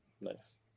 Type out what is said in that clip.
Nice